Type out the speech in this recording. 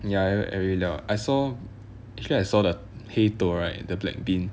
ya I added every 料 I saw actually I saw the 黑豆 right the black bean